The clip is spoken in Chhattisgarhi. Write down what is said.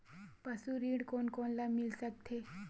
पशु ऋण कोन कोन ल मिल सकथे?